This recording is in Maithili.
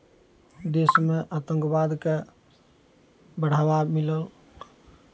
देशमे आतंकवादकेँ बढ़ावा मिलल